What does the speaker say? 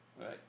right